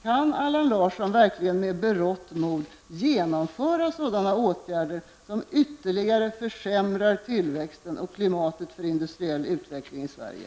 Kan Allan Larsson verkligen med berått mod genomföra åtgärder som ytterligare försämrar tillväxten och klimatet för industriell utveckling i Sverige?